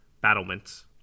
battlements